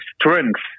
strength